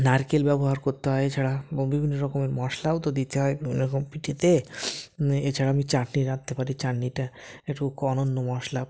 নারকেল ব্যবহার করতে হয় এছাড়াও বিভিন্ন রকমের মশলাও তো দিতে হয় বিভিন্ন রকম পিঠেতে এছাড়া আমি চাটনি রাঁধতে পারি চাটনিটা একটু অন্যান্য মশলা